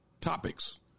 topics